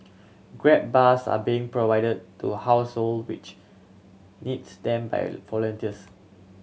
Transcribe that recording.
grab bars are being provided to household which needs them by volunteers